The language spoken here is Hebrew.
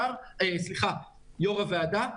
יו"ר הוועדה,